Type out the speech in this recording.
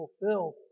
fulfilled